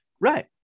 Right